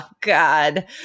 God